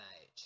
age